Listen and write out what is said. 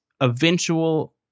eventual